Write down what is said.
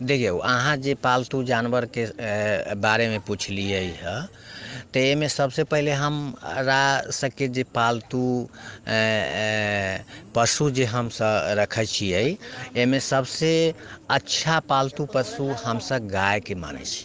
देखियौ अहाँ जे पालतू जानवरके बारेमे पूछलियै हे तऽ एहिमे सभसँ पहिने हमरासभके जे पालतू पशु जे हमसभ रखै छियै एहिमे सभसँ अच्छा पालतू पशु हमसभ गायके मानै छियै